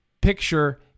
picture